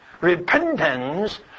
Repentance